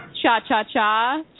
Cha-cha-cha